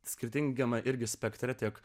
skirtingiems irgi spektrą tiek